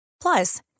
Plus